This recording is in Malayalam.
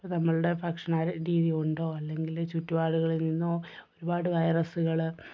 നമ്മളുടെ ഭക്ഷണ രീതി കൊണ്ടോ അല്ലെങ്കിൽ ചുറ്റുപാടുകളിൽ നിന്നോ ഒരുപാട് വൈറസുകൾ